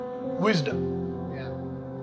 Wisdom